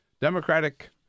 Democratic